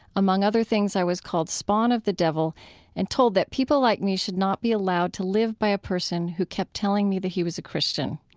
among other things, i was called spawn of the devil and told that people like me should not be allowed to live by a person who kept telling me that he was a christian.